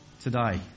today